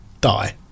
Die